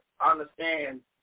understand